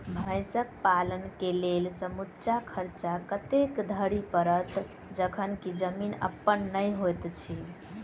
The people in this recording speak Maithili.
भैंसक पालन केँ लेल समूचा खर्चा कतेक धरि पड़त? जखन की जमीन अप्पन नै होइत छी